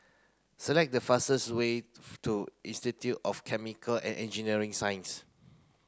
select the fastest way to Institute of Chemical and Engineering Science